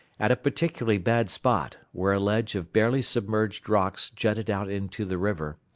at a particularly bad spot, where a ledge of barely submerged rocks jutted out into the river,